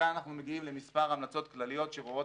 כאן אנחנו מגיעים למספר המלצות כלליות שרואות